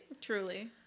Truly